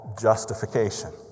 justification